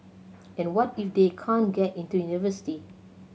and what if they can't get into university